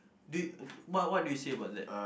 dude what what do you say about that